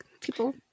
people